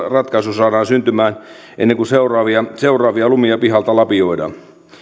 ratkaisu saadaan syntymään ennen kuin seuraavia seuraavia lumia pihalta lapioidaan